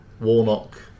Warnock